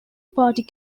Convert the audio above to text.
party